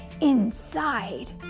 inside